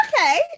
okay